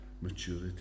maturity